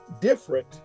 different